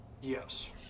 Yes